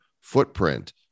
footprint